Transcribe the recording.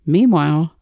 Meanwhile